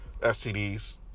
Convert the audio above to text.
stds